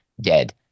dead